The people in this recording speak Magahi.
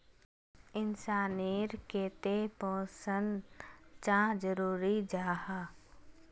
इंसान नेर केते पोषण चाँ जरूरी जाहा?